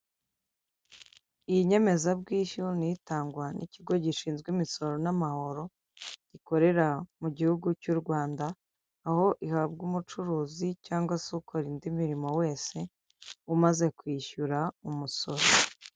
Iyi nyemezabwishyu niyo itangwa n'ikigo gishinzwe imisoro n'amahoro, gikorera mu gihugu cy'u Rwanda, aho ihabwa umucuruzi cyangwa se ukora indi mirimo wese umaze kwishyura umusoro.